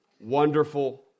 Wonderful